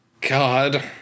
God